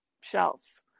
shelves